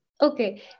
Okay